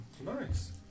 Nice